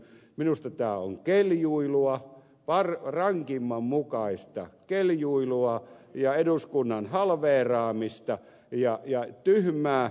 minusta tämä on keljuilua rankimman mukaista keljuilua ja eduskunnan halveeraamista ja tyhmää